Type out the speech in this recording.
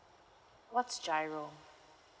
what's G_I_R_O